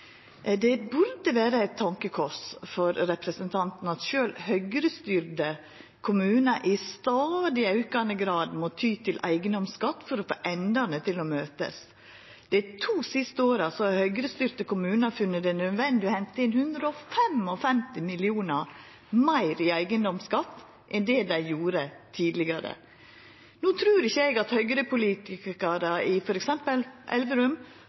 Det burde vera eit tankekors for representanten at sjølv Høgre-styrte kommunar i stadig aukande grad må ty til eigedomsskatt for å få endane til å møtast. Dei to siste åra har Høgre-styrte kommunar funne det nødvendig å henta inn 155 mill. kr meir i eigedomsskatt enn det dei gjorde tidlegare. No trur ikkje eg at Høgre-politikarar i f.eks. Elverum